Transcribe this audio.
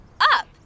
up